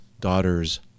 daughter's